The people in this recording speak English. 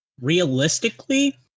realistically